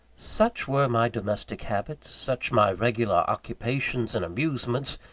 such were my domestic habits, such my regular occupations and amusements,